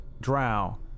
Drow